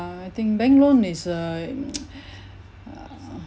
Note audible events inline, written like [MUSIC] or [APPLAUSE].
uh I think bank loan is err [NOISE] err